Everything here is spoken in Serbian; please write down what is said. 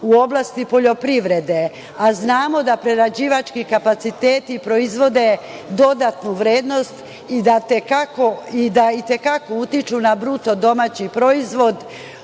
u oblasti poljoprivrede, a znamo da prerađivački kapaciteti proizvode dodatnu vrednost i da i te kako utiču na BDP, oni su